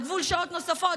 על גבול שעות נוספות,